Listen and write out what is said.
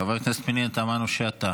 חברת הכנסת פנינה תמנו שטה,